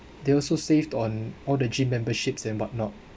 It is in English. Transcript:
they also saved on all the gym memberships and what not